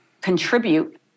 contribute